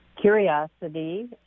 curiosity